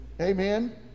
Amen